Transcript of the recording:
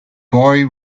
boy